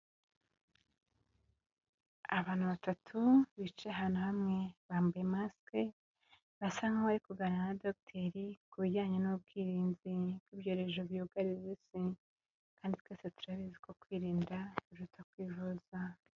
Abantu batatu, bicaye ahantu hamwe. Bambaye masike, basa nkaho bari kuganira na Dogiteri, ku bijyanye n'ubwirinzi, bw'ibyorezo by'ugarije Isi . Kandi twese turabizi ko kwirinda, biruta kwivuza.